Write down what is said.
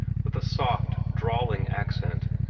with a soft, drawling accent,